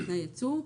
לתנאי האחסון,